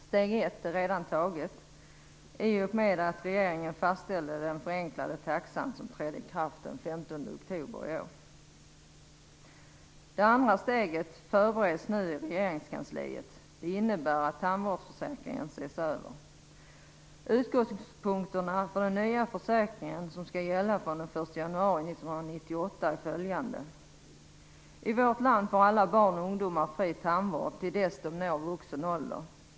Det första steget är redan taget i och med att regeringen fastställde den förenklade taxan som trädde i kraft den 15 oktober i år. Det andra steget förbereds nu i regeringskansliet. Det innebär att tandvårdsförsäkringen ses över. Utgångspunkterna för den nya försäkringen som skall gälla från den 1 jan 1998 är följande: I vårt land får alla barn och ungdomar fri tandvård till dess de når vuxen ålder.